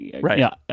Right